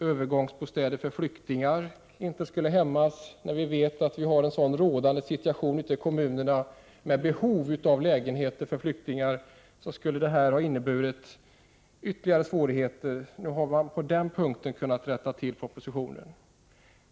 Övergångsbostäder för flyktingar skall inte hämmas, när vi vet att den rådande situationen ute i kommunerna är att man har behov av lägenheter för flyktingar. Förslaget skulle ha inneburit ytterligare svårigheter. Nu har man på den punkten kunnat rätta till propositionen.